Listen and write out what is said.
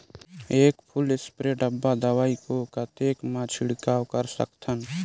एक full spray डब्बा दवाई को कतेक म छिड़काव कर सकथन?